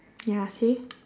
ya see